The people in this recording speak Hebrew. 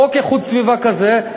חוק איכות הסביבה כזה,